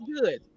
good